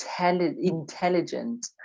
intelligent